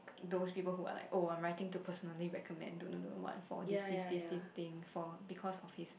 those people who are like oh I am writing to personally recommend don't know know what for these these these these things for because of his